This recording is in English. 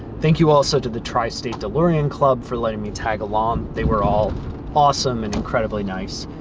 thank you also to the tri-state delorean club for letting me tag along. they were all awesome and incredibly nice.